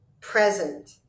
present